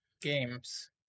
games